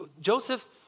Joseph